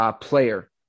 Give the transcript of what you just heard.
player